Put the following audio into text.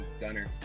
Gunner